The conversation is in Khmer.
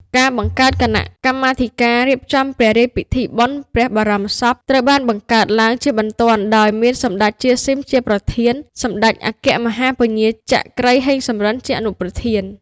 ការបង្កើតគណៈកម្មាធិការរៀបចំព្រះរាជពិធីបុណ្យព្រះបរមសព ត្រូវបានបង្កើតឡើងជាបន្ទាន់ដោយមានសម្តេច ជា ស៊ីម ជាប្រធាន សម្តេចអគ្គមហាពញាចក្រី ហេង សំរិន ជាអនុប្រធាន ។